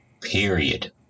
Period